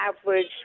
average